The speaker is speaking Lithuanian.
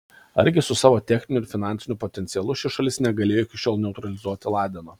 argi su savo techniniu ir finansiniu potencialu ši šalis negalėjo iki šiol neutralizuoti ladeno